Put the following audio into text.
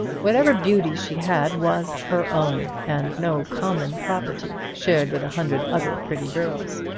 whatever beauty she had was her own, and no common property shared with a hundred other pretty girls.